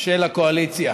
של הקואליציה: